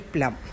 Plum